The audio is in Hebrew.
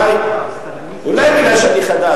אולי כי אני חדש.